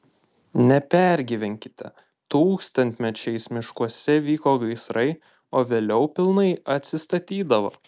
nepergyvenkite tūkstantmečiais miškuose vyko gaisrai o vėliau pilnai atsistatydavo